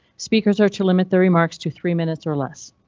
speakers are to limit the remarks to three minutes or less.